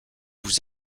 vous